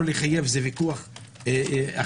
לא לחייב זה ויכוח אחר,